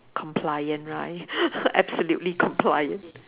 compliant right absolutely compliant